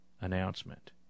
announcement